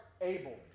able